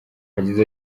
yagize